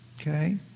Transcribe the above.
Okay